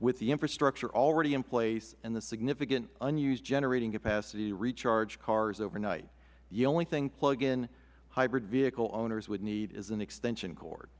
with the infrastructure already in place and the significant unused generating capacity to recharge cars overnight the only thing plug in hybrid vehicle owners would need is an extension cord